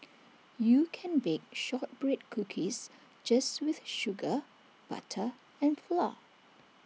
you can bake Shortbread Cookies just with sugar butter and flour